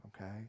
okay